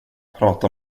prata